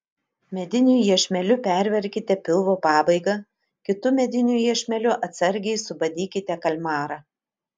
mediniu iešmeliu perverkite pilvo pabaigą kitu mediniu iešmeliu atsargiai subadykite kalmarą